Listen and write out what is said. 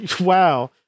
wow